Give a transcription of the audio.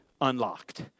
unlocked